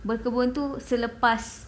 berkebun tu selepas